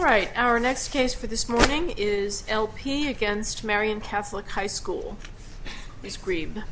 right our next case for this morning is lp against marian catholic high school the scre